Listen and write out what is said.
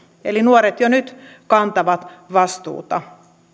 eli nuoret jo nyt kantavat vastuuta